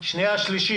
קריאה שנייה ושלישית.